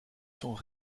sont